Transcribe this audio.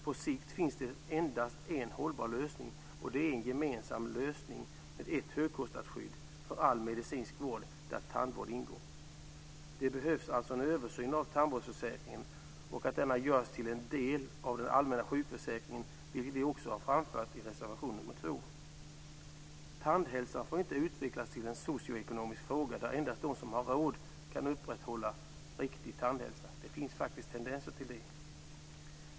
På sikt finns det endast en hållbar lösning, och det är en gemensam lösning med ett högkostnadsskydd för all medicinsk vård, där tandvård ingår. Det behövs alltså en översyn av tandvårdsförsäkringen, och den måste göras till en del av den allmänna sjukförsäkringen, vilket vi har framfört i reservation 2. Tandhälsa får inte utvecklas till en socioekonomisk fråga. Det får inte endast vara de som har råd som kan upprätthålla riktig tandhälsa. Det finns faktiskt tendenser till det.